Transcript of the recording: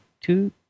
two